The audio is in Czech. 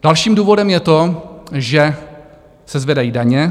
Dalším důvodem je to, že se zvedají daně.